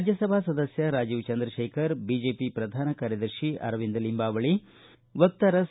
ರಾಜ್ಯಸಭಾ ಸದಸ್ಯ ರಾಜೀವ ಚಂದ್ರಶೇಖರ್ ಬಿಜೆಪಿ ಪ್ರಧಾನ ಕಾರ್ಯದರ್ಶಿ ಅರವಿಂದ ಲಿಂಬಾವಳಿ ವಕ್ತಾರ್ ಸಿ